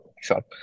Sure